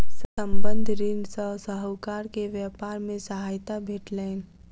संबंद्ध ऋण सॅ साहूकार के व्यापार मे सहायता भेटलैन